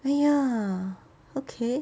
!aiya! okay